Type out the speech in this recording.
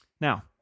Now